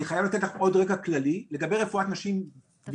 אני חייב לתת לך עוד רקע כללי לגבי רפואת נשים בפרט.